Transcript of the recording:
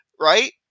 Right